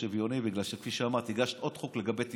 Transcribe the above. שוויוני בגלל שכפי שאמרת הגשת עוד חוק לגבי טיסות.